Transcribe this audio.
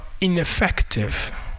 ineffective